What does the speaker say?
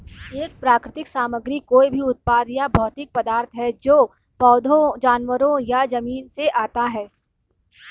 एक प्राकृतिक सामग्री कोई भी उत्पाद या भौतिक पदार्थ है जो पौधों, जानवरों या जमीन से आता है